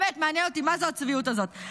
באמת מעניין אותי מה זו הצביעות הזאת.